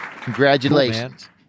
Congratulations